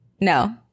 No